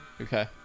Okay